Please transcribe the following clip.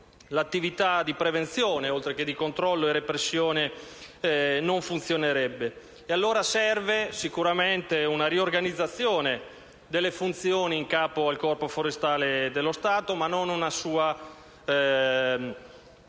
l'attività di prevenzione, oltre che quella di controllo e di repressione, non funzionerebbe. Occorre allora, sicuramente, una riorganizzazione delle funzioni in capo al Corpo forestale dello Stato, ma non un suo